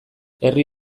herri